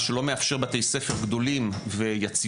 מה שלא מאפשר בתי ספר גדולים ויציבים.